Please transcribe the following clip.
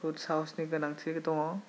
बुहुत साहसनि गोनांथि दङ'